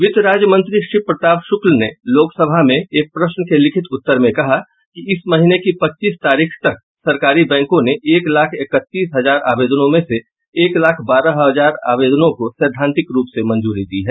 वित्त राज्य मंत्री शिव प्रताप शुक्ल ने लोकसभा में एक प्रश्न के लिखित उत्तर में कहा कि इस महीने की पच्चीस तारीख तक सरकारी बैंकों ने एक लाख इकतीस हजार आवेदनों में से एक लाख बारह हजार आवेदनों को सैद्धांतिक रूप से मंजूरी दी है